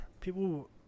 people